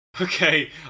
Okay